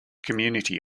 community